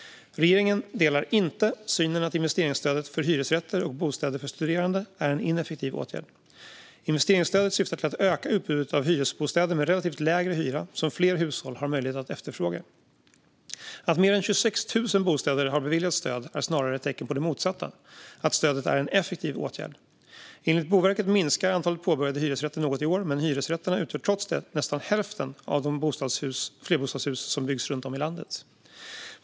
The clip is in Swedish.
Regeringen delar inte synen att investeringsstödet för hyresrätter och bostäder för studerande är en ineffektiv åtgärd. Investeringsstödet syftar till att öka utbudet av hyresbostäder med relativt lägre hyra som fler hushåll har möjlighet att efterfråga. Att mer än 26 000 bostäder har beviljats stöd är snarare ett tecken på det motsatta - att stödet är en effektiv åtgärd. Enligt Boverket minskar antalet påbörjade hyresrätter något i år, men hyresrätterna utgör trots detta nästan hälften av de flerbostadshus som byggs runt om i landet.